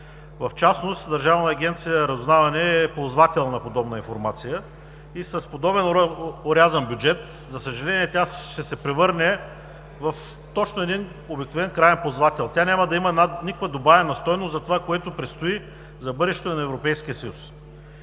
В частност Държавна агенция „Разузнаване“ е ползвател на подобна информация и с подобен орязан бюджет, за съжаление, тя ще се превърне точно в един обикновен краен ползвател. Тя няма да има никаква добавена стойност за това, което предстои за бъдещето на Европейския съюз.